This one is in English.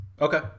Okay